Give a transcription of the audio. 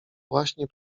właśnie